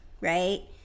right